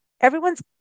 Everyone's